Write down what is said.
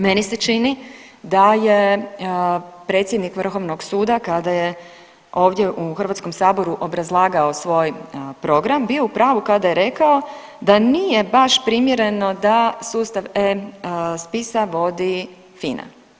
Meni se čini da je predsjednik Vrhovnog suda kada je ovdje u Hrvatskom saboru obrazlagao svoj program bio u pravu kada je rekao da nije baš primjereno da sustav e-spisa vodi FINA.